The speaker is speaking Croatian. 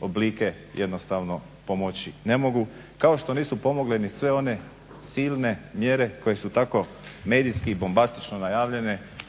oblike jednostavno pomoći ne mogu kao što nisu pomogle ni sve one silne mjere koje su tako medijski i bombastično najavljene